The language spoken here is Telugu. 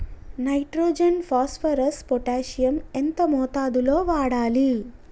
నైట్రోజన్ ఫాస్ఫరస్ పొటాషియం ఎంత మోతాదు లో వాడాలి?